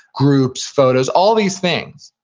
groups, photos, all these things,